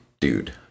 dude